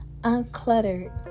uncluttered